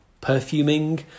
perfuming